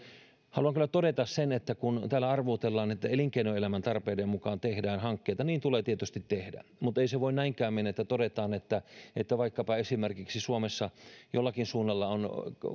haluan kyllä todeta sen kun täällä arvuutellaan että elinkeinoelämän tarpeiden mukaan tehdään hankkeita että niin tulee tietysti tehdä mutta ei se voi näinkään mennä että todetaan että että esimerkiksi suomessa jollakin suunnalla on